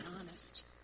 honest